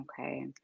Okay